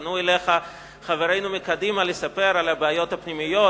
פנו אליך חברינו מקדימה לספר על הבעיות הפנימיות,